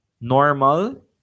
normal